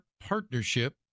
partnership